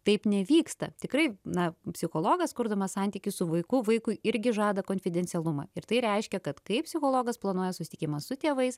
taip nevyksta tikrai na psichologas kurdamas santykius su vaiku vaikui irgi žada konfidencialumą ir tai reiškia kad kai psichologas planuoja susitikimą su tėvais